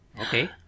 Okay